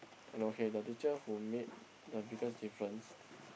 and okay the teacher who made the biggest difference